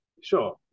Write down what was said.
sure